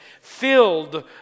filled